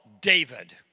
David